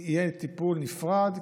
יהיה טיפול נפרד,